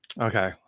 okay